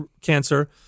cancer